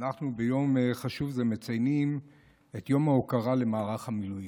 אנחנו ביום חשוב זה מציינים את יום ההוקרה למערך המילואים.